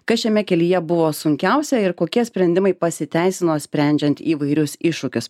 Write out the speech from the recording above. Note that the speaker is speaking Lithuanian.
kas šiame kelyje buvo sunkiausia ir kokie sprendimai pasiteisino sprendžiant įvairius iššūkius